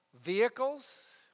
vehicles